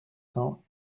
cents